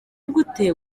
gute